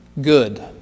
good